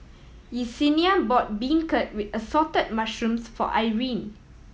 Yessenia bought beancurd with Assorted Mushrooms for Irine